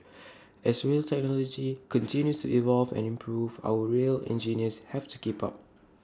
as rail technology continues to evolve and improve our rail engineers have to keep up